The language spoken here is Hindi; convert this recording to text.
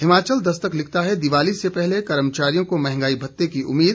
हिमाचल दस्तक लिखता है दिवाली से पहले कर्मचारियों को महंगाई भत्ते की उम्मीद